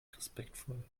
respektvoll